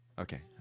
Okay